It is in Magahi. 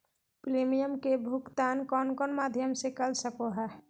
प्रिमियम के भुक्तान कौन कौन माध्यम से कर सको है?